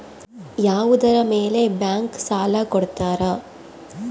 ಯಾವುದರ ಮೇಲೆ ಬ್ಯಾಂಕ್ ಸಾಲ ಕೊಡ್ತಾರ?